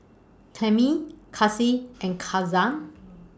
Clemie Kaci and